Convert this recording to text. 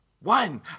One